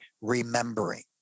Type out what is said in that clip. remembering